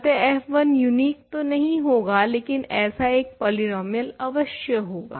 अतः f1 unique तो नहीं होगा लेकिन ऐसा एक पॉलीनोमियल अवश्य होगा